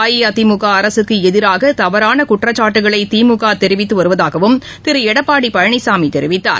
அஇஅதிமுக அரசுக்கு எதிராக தவறான குற்றச்சாட்டுக்களை திமுக தெரிவித்து வருவதாகவும் திரு எடப்பாடி பழனிசாமி தெரிவித்தார்